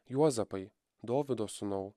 juozapai dovydo sūnau